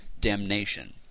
damnation